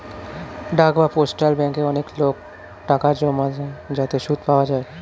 ডাক বা পোস্টাল ব্যাঙ্কে অনেক লোক টাকা জমায় যাতে সুদ পাওয়া যায়